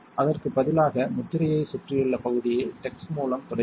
அதற்கு பதிலாக முத்திரையைச் சுற்றியுள்ள பகுதியை டெக்ஸ் வழி மூலம் துடைக்கவும்